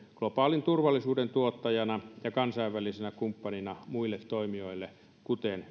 globaalin turvallisuuden tuottajana ja kansainvälisenä kumppanina muille toimijoille kuten